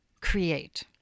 create